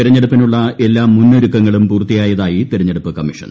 തെരഞ്ഞെടുപ്പിമ്പുള്ള എല്ലാ മുന്നൊരുക്കങ്ങളും പൂർത്തിയായതായി തെർഉണ്ഞടുപ്പ് കമ്മീഷൻ